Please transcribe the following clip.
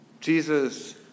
Jesus